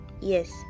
yes